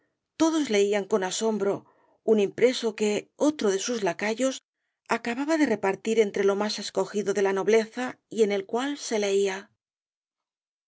todos leían con asombro un impreso que otro de sus lacayos acababa de repartir entre lo más escogido de la nobleza y en el cual se leía